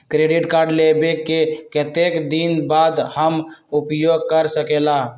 Credit card लेबे के कतेक दिन बाद हम उपयोग कर सकेला?